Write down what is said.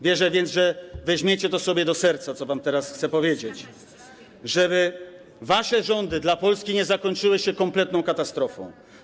Wierzę więc, że weźmiecie sobie do serca to, co wam teraz chcę powiedzieć, żeby wasze rządy dla Polski nie zakończyły się kompletną katastrofą.